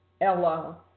Ella